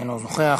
אינו נוכח,